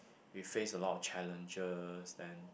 we face a lot of challenges then